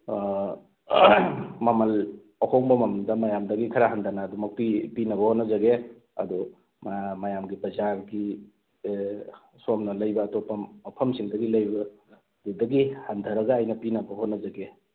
ꯃꯃꯜ ꯑꯍꯣꯡꯕ ꯃꯃꯜꯗ ꯃꯌꯥꯝꯗꯒꯤ ꯈꯔ ꯍꯟꯊꯅ ꯑꯗꯨꯃꯛ ꯄꯤ ꯄꯤꯅꯕ ꯍꯣꯠꯅꯖꯒꯦ ꯑꯗꯣ ꯃꯌꯥꯝꯒꯤ ꯄꯩꯁꯥꯒꯤ ꯁꯣꯝꯅ ꯂꯩꯕ ꯑꯇꯣꯞꯄ ꯃꯐꯝꯁꯤꯡꯗꯒꯤ ꯂꯩꯕ ꯗꯨꯗꯒꯤ ꯍꯟꯊꯔꯒ ꯑꯩꯅ ꯄꯤꯅꯕ ꯍꯣꯠꯅꯖꯒꯦ